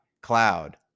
cloud